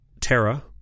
Terra